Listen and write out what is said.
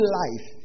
life